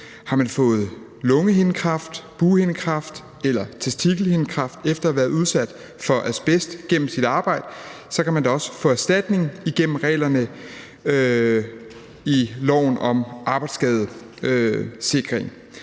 Har man fået lungehindekræft, bughindekræft eller testikelhindekræft efter at have været udsat for asbest gennem sit arbejde, kan man også få erstatning igennem reglerne i loven om arbejdsskadesikring.